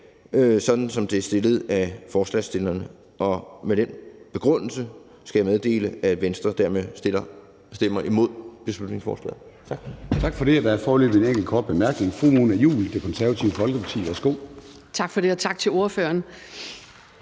sådan som det er fremsat af forslagsstillerne. Med den begrundelse skal jeg meddele, at Venstre stemmer imod beslutningsforslaget. Tak. Kl. 14:13 Formanden